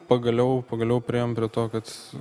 pagaliau pagaliau priėjom prie to kad